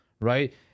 right